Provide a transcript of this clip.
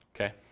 okay